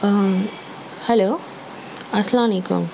hello السلام علیکم